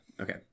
Okay